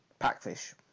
Packfish